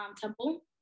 Temple